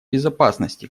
безопасности